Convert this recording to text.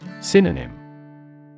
Synonym